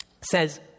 says